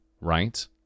right